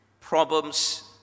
problems